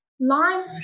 Life